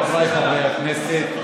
חבריי חברי הכנסת,